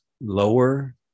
lower